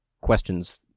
questions